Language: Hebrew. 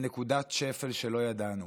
נקודת שפל שלא ידענו.